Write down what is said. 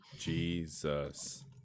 Jesus